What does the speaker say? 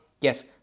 yes